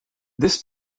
this